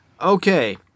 Okay